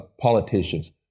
politicians